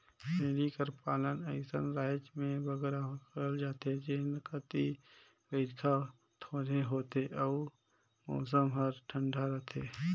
भेंड़ी कर पालन अइसन राएज में बगरा करल जाथे जेन कती बरिखा थोरहें होथे अउ मउसम हर ठंडा रहथे